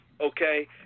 Okay